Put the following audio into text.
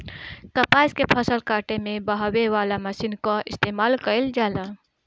कपास के फसल काटे में बहावे वाला मशीन कअ इस्तेमाल कइल जाला